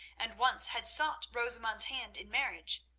and once had sought rosamund's hand in marriage,